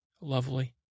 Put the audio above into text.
lovely